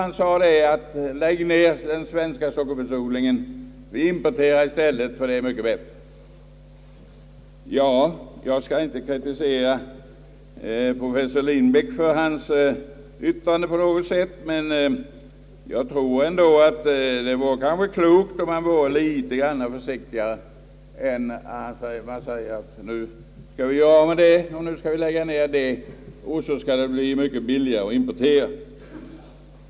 Han sade: »Lägg ned den svenska jordbruksodlingen och importera i stället, det är mycket bättre!» Jag skall inte kritisera professor Lindbäck för hans yttrande på något sätt, men jag tror att det kanske vore klokt om man vore litet försiktigare med att säga att nu skall vi lägga ned en odling och importera i stället.